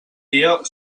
dia